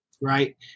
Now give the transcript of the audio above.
Right